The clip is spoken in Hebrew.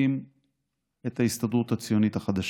והקים את ההסתדרות הציונית החדשה.